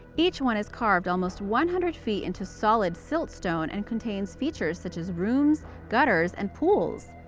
each one is carved almost one hundred feet into solid siltstone, and contains features such as rooms, gutters, and pools.